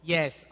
Yes